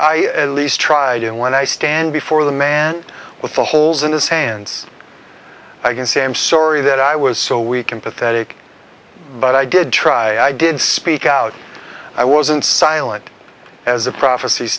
i at least tried and when i stand before the man with the holes in his hands i can say i'm sorry that i was so weak and pathetic but i did try did speak out i wasn't silent as the prophec